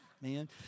man